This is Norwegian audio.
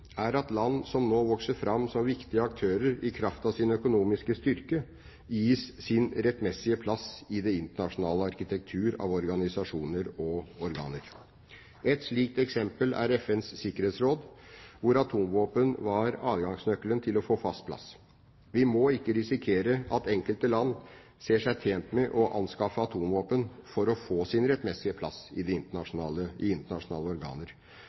er at land som nå vokser fram som viktige aktører i kraft av sin økonomiske styrke, gis sin rettmessige plass i den internasjonale arkitektur av organisasjoner og organer. Ett slikt eksempel er FNs sikkerhetsråd, hvor atomvåpen var adgangsnøkkelen til å få fast plass. Vi må ikke risikere at enkelte land ser seg tjent med å anskaffe atomvåpen for å få sin rettmessige plass i